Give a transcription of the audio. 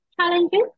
Challenges